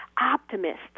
optimists